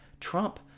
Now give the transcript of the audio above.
Trump